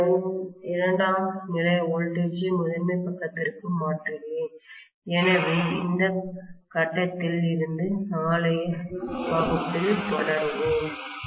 நான் இரண்டாம் நிலை வோல்டேஜ் ஐ முதன்மை பக்கத்திற்கு மாற்றுகிறேன் எனவே இந்த கட்டத்தில் இருந்து நாளைய வகுப்பில் தொடருவோம்